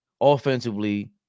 offensively